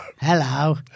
Hello